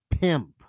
pimp